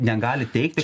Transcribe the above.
negalit teigti